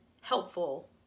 helpful